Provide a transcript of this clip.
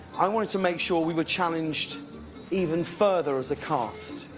i wanted to make sure we were challenged even further as a cast.